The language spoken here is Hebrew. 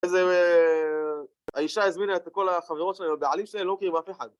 האישה הזמינה את כל החברות שלהם, בעלים שלהם לא מכירים אף אחד